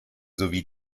sowie